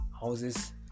houses